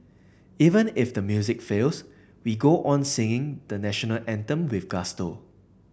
even if the music fails we go on singing the National Anthem with gusto